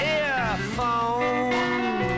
earphones